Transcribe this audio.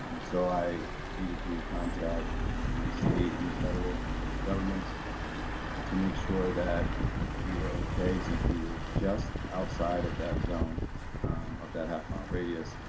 i needed to contact the state and federal governments to make sure that we were okay since we were just outside of that zone of that half mile radius.